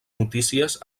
notícies